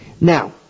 Now